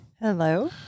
Hello